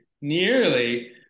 nearly